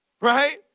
right